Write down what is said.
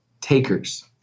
takers